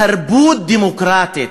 תרבות דמוקרטית.